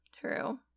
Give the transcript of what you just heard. true